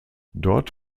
dort